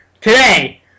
Today